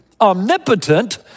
omnipotent